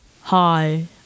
hi